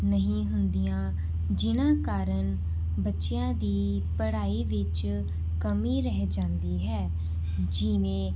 ਨਹੀਂ ਹੁੰਦੀਆਂ ਜਿਹਨਾਂ ਕਾਰਨ ਬੱਚਿਆਂ ਦੀ ਪੜ੍ਹਾਈ ਵਿੱਚ ਕਮੀ ਰਹਿ ਜਾਂਦੀ ਹੈ ਜਿਵੇਂ